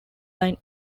line